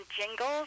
Jingles